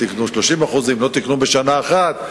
תיקנו 30%; לא תיקנו בשנה אחת,